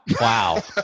Wow